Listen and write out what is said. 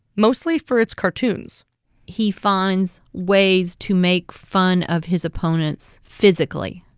mostly for its cartoons he finds ways to make fun of his opponents physically,